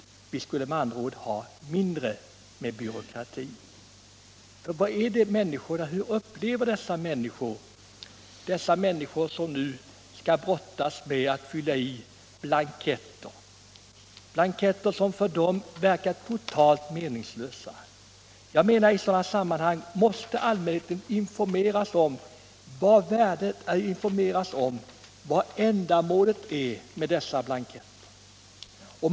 Det skulle förekomma mindre byråkrati. Människorna brottas nu med att fylla i blanketter, som för dem verkar totalt meningslösa. I sådana sammanhang måste allmänheten informeras om ändamålet med dessa blanketter.